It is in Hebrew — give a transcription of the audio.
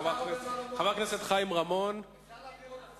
אגב, יש לי גם הצעה לשר ארדן, רק הוא הלך מפה.